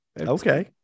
Okay